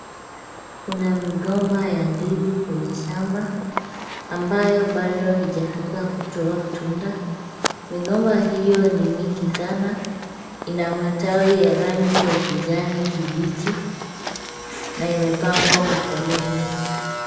Kuna migomba ya ndizi kwenye shamba ambayo bado haijafika kutoa tunda. Migomba hiyo ni mingi sana. Ina matawi ya rangi ya kijani kibichi. Na imepangwa kwa foleni.